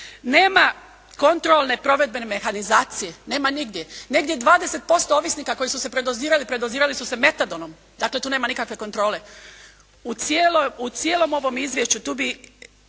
Nema kontrolne provedbene mehanizacije, nema nigdje. Negdje 20% ovisnika koji su se predozirali, predozirali su se metadonom. Dakle, tu nema nikakve kontrole. U cijelom ovom izvješću, tu bi